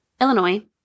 Illinois